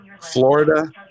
Florida